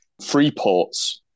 Freeports